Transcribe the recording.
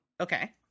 Okay